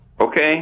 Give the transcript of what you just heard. Okay